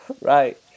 Right